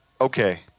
Okay